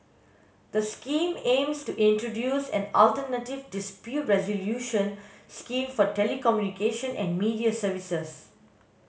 the Scheme aims to introduce an alternative dispute resolution scheme for telecommunication and media services